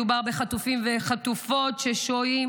מדובר בחטופים וחטופות ששוהים